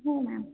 हो मॅम